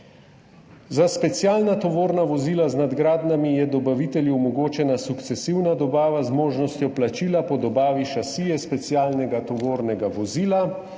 Za specialna tovorna vozila z nadgradnjami je dobavitelju omogočena sukcesivna dobava z možnostjo plačila po dobavi šasije specialnega tovornega vozila,